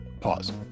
pause